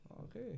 Okay